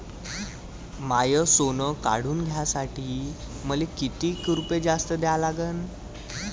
माय सोनं काढून घ्यासाठी मले कितीक रुपये जास्त द्या लागन?